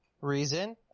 reason